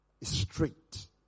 straight